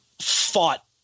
fought